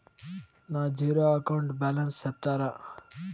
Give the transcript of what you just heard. నా zero account balance సెప్తారా?